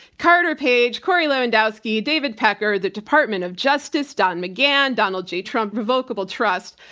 carter page, corey lewandowski, david pecker, the department of justice, don mcgahn, donald j. trump revocable trust,